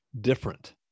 different